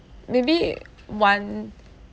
maybe one